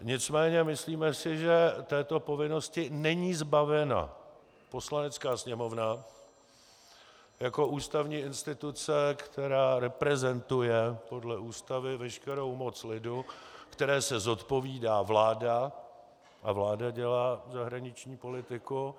Nicméně myslíme si, že této povinnosti není zbavena Poslanecká sněmovna jako ústavní instituce, která reprezentuje podle Ústavy veškerou moc lidu, které se zodpovídá vláda, a vláda dělá zahraniční politiku.